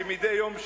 כמדי יום שני,